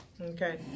Okay